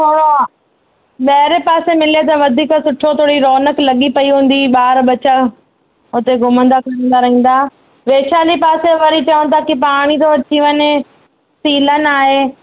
पोइ ॿाहिरें पासे मिले त वधीक सुठो थोरी रौनक लॻी पेई हूंदी ॿार ॿचा उते घुमंदा फिरंदा रहंदा वैशाली पासे वारी चवनि था की पाणी थो अची वञे सीलन आहे